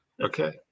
Okay